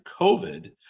COVID